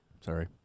Sorry